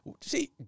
See